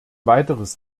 weiteres